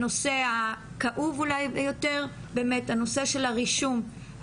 הנושא הכאוב ביותר, של הרישום.